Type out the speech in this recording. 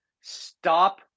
Stop